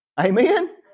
Amen